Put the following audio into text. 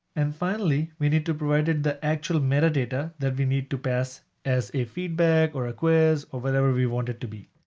and finally, we need to provide it the actual metadata that we need to pass as a feedback or a quiz or whatever we want it to be.